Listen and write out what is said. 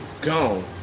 gone